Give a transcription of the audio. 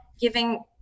giving